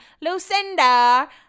Lucinda